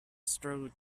strode